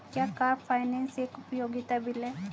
क्या car finance एक उपयोगिता बिल है?